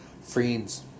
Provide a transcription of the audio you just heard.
Friends